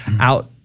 out